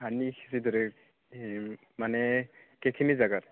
হানি খুচিৰ দৰে সেই মানে কেইখিনি জাগাত